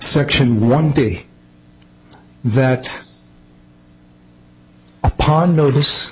section one day that upon notice